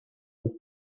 grupo